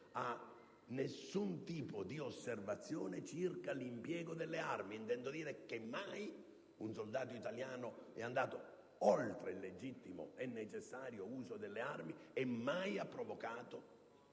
ad alcun tipo di osservazione circa l'impiego delle armi; intendo dire che mai un soldato italiano è andato oltre il legittimo e necessario uso delle armi e mai ha provocato danni ai civili.